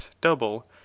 double